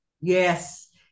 Yes